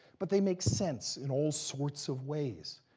but they make sense in all sorts of ways.